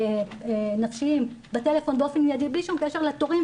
טיפולים נפשיים בטלפון באופן מיידי בלי קשר לתורים,